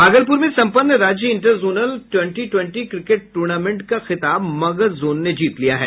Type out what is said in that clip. भागलपुर में सम्पन्न राज्य inter zonal twenty twenty cricket tournament का खिताब मगध जोन ने जीत लिया है